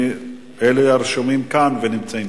אלה הרשומים כאן ונמצאים